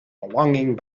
belonging